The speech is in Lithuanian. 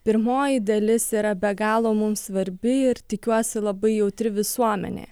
pirmoji dalis yra be galo mums svarbi ir tikiuosi labai jautri visuomenė